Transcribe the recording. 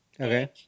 Okay